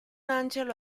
angelo